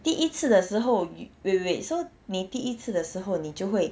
第一次的时候 wait wait wait so 你第一次的时候你就会